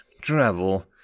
travel